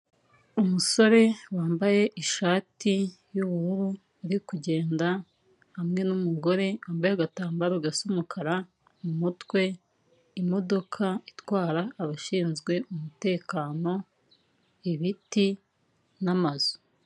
Umusore wambaye ishati y'ubururu, ari kugenda hamwe n'umugore wambaye agatambaro gasa umukara mu mutwe, imodoka itwara abashinzwe umutekano, ibiti n'amazu.